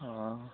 অঁ